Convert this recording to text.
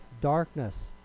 darkness